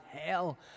hell